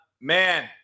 Man